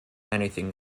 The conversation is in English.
anything